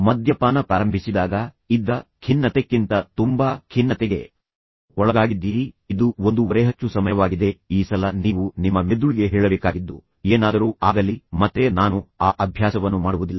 ಮದ್ಯಪಾನ ಪ್ರಾರಂಭಿಸಿದಾಗ ಇದ್ದ ಖಿನ್ನತೆಕ್ಕಿಂತ ತುಂಬಾ ಖಿನ್ನತೆಗೆ ಒಳಗಾಗಿದ್ದೀರಿ ಇದು ಒಂದು ಒರೆಹಚ್ಚು ಸಮಯವಾಗಿದೆ ಈ ಸಲ ನೀವು ನಿಮ್ಮ ಮೆದುಳಿಗೆ ಹೇಳಬೇಕಾಗಿದ್ದು ಏನಾದರೂ ಆಗಲಿ ಮತ್ತೆ ನಾನು ಆ ಅಭ್ಯಾಸವನ್ನು ಮಾಡುವುದಿಲ್ಲ